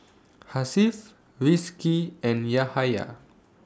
Hasif Rizqi and Yahaya